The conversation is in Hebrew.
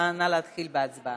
נא להתחיל בהצבעה.